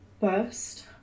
First